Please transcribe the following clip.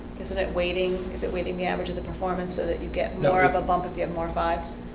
isn't it waiting? is it waiting the average of the performance so that you get no are the bump at the m more fives?